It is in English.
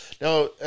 Now